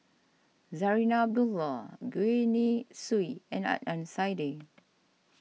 Zarinah Abdullah Gwee Li Sui and Adnan Saidi